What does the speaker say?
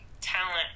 talent